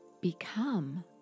become